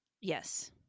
Yes